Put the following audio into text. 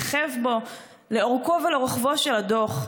מככב בו לאורכו ולרוחבו של הדוח.